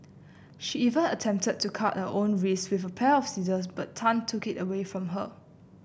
she even attempted to cut her own wrists with a pair of scissors but Tan took it away from her